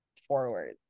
forward